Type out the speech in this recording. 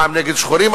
פעם נגד שחורים,